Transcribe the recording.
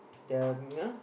the